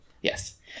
Yes